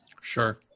Sure